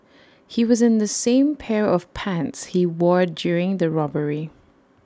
he was in the same pair of pants he wore during the robbery